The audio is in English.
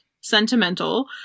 sentimental